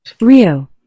Rio